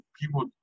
People